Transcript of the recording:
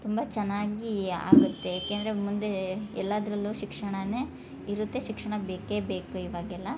ತುಂಬ ಚೆನ್ನಾಗಿ ಆಗುತ್ತೆ ಏಕೆಂದರೆ ಮುಂದೆ ಎಲ್ಲದರಲ್ಲೂ ಶಿಕ್ಷಣನೆ ಇರುತ್ತೆ ಶಿಕ್ಷಣ ಬೇಕೇ ಬೇಕು ಇವಾಗೆಲ್ಲ